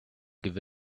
give